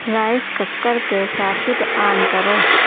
rice cooker کے socket on کرو